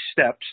steps